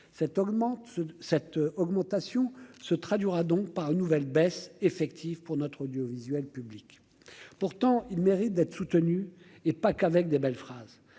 cette augmentation se traduira donc par une nouvelle baisse effective pour notre audiovisuel public pourtant il mérite d'être soutenu et pas qu'avec des belles phrases,